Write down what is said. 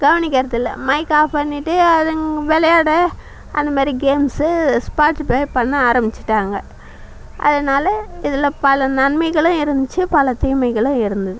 கவனிக்கிறது இல்லை mic off பண்ணிட்டு அதுங் விளையாட அந்தமாரி கேம்ஸு பார்ட்சிபேட் பண்ண ஆரம்பிச்சிட்டாங்க அதனால் இதில் பல நன்மைகளும் இருந்துச்சி பல தீமைகளும் இருந்தது